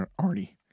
Arnie